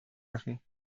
machen